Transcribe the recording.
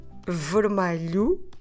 vermelho